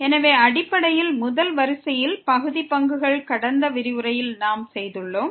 எனவே அடிப்படையில் முதல் வரிசை பகுதி பங்குகளை கடந்த விரிவுரையில் நாம் கண்டோம்